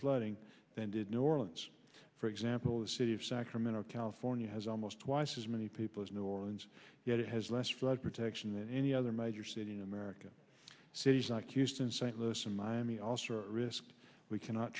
flooding then did new orleans for example the city of sacramento california has almost twice as many people as new orleans yet has less flood protection than any other major city in america cities like houston st louis and miami also risk we cannot